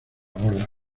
borda